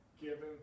given